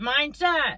mindset